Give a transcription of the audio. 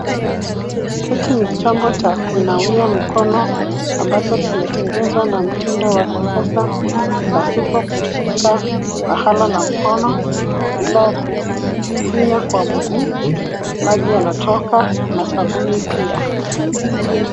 Hiki ni chombo cha kunawia mkono ambacho kimetengezwa na mtindo wa kisasa pasipo kushika pahala na mkono ila kufinya kwa mguu maji yanatoka na sabuni pia.